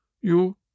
You